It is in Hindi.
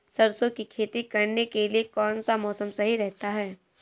सरसों की खेती करने के लिए कौनसा मौसम सही रहता है?